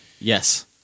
Yes